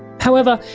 however,